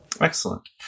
Excellent